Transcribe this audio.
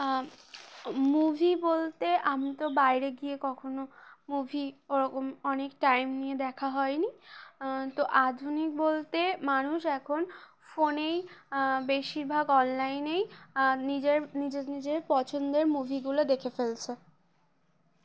movie বলতে আমি তো বাইরে গিয়ে কখনও মুভি ওরকম অনেক টাইম নিয়ে দেখা হয়নি তো আধুনিক বলতে মানুষ এখন ফোনেই বেশিরভাগ অনলাইনেই নিজের নিজের নিজের পছন্দের মুভিগুলো দেখে ফেলছে